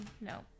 No